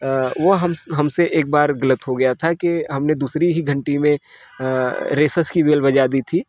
अ वह हमसे हमसे एक बार गलत हो गया था कि हमने दूसरी ही घंटी में अ रेसस की बेल बजा दी थी